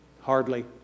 Hardly